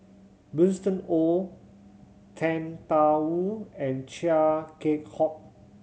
Winston Oh Tan Da Wu and Chia Keng Hock